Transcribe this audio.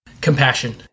Compassion